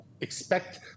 expect